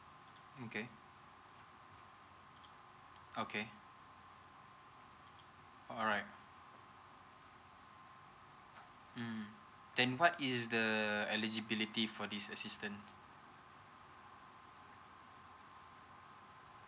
okay okay alright mm then what is the eligibility for this assistant